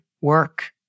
work